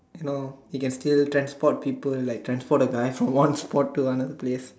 ya lor he can still transport people like transport a guy from one spot to another place